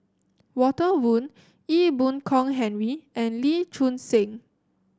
Walter Woon Ee Boon Kong Henry and Lee Choon Seng